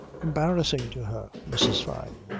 embarrassing to her mrs. fyne.